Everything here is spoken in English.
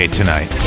tonight